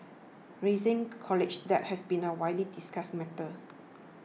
rising college debt has been a widely discussed matter